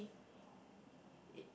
it